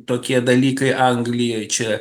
tokie dalykai anglijoj čia